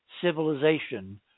civilization